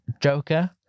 Joker